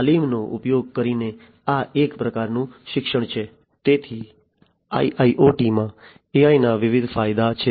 તાલીમનો ઉપયોગ કરીને આ એક પ્રકારનું શિક્ષણ છે તેથી IIoT માં AI ના વિવિધ ફાયદા છે